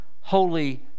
holy